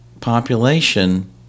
population